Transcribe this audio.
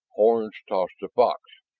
horns toss the fox!